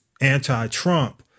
anti-Trump